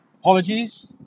apologies